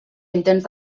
intents